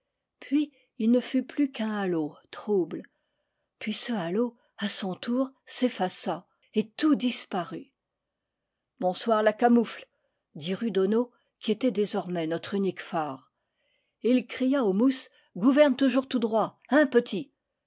puis il ne fut plus qu'un halo trouble puis ce halo à son tour s'effaça et tout disparut bonsoir la camoufle dit rudono qui était désormais notre unique phare et il cria au mousse gouverne toujours tout droit hein petit